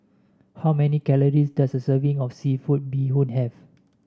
how many calories does a serving of seafood Bee Hoon have